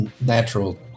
natural